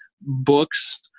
books